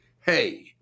Hey